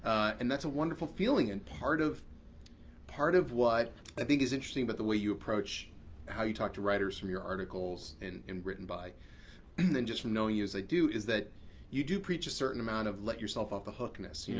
and that's a wonderful feeling. and part of part of what i think is interesting about but the way you approach how you talk to writers from your articles and in written by and just from knowing you as i do is that you do preach a certain amount of let yourself off the hook-ness. yeah